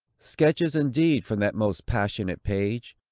sketches indeed, from that most passionate page,